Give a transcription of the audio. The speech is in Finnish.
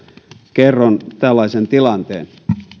kerron tällaisen tilanteen